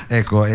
ecco